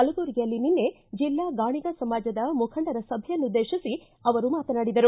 ಕಲಬುರಗಿಯಲ್ಲಿ ನಿನ್ನೆ ಜಿಲ್ಲಾ ಗಾಣಿಗ ಸಮಾಜದ ಮುಖಂಡರ ಸಭೆಯನ್ನು ಉದ್ದೇಶಿಸಿ ಅವರು ಮಾತನಾಡಿದರು